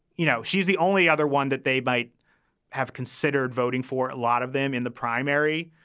you know, she's the only other one that they might have considered voting for. a lot of them in the primary.